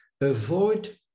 avoid